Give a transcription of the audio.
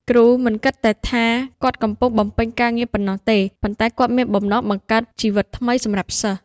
គ្រូមិនគិតតែថាគាត់កំពុង បំពេញការងារប៉ុណ្ណោះទេ ប៉ុន្តែគាត់មានបំណងបង្កើតជីវិតថ្មីសម្រាប់សិស្ស។